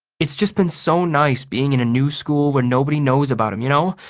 it's just been so nice being in a new school where nobody knows about him, you know?